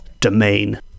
domain